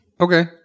okay